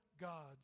gods